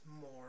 more